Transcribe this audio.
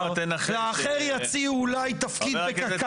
לאחר יציעו אולי תפקיד בקק"ל,